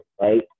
right